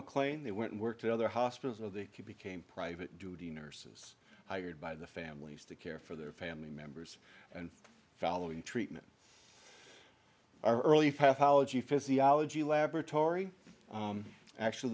mclean they went and worked at other hospitals or they became private duty nurses hired by the families to care for their family members and following treatment or early path ology physiology laboratory actually